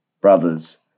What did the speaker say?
brothers